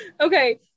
Okay